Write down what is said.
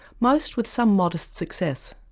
most with some modest success.